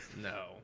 No